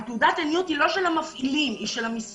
תעודת העניות היא לא של המפעילים, היא של המשרד.